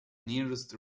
nearest